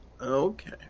Okay